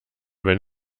wenn